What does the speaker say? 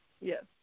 Yes